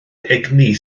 egni